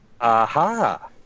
Aha